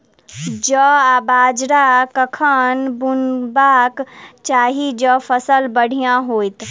जौ आ बाजरा कखन बुनबाक चाहि जँ फसल बढ़िया होइत?